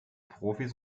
profis